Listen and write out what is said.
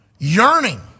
yearning